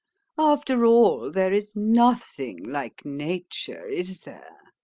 after all, there is nothing like nature, is there?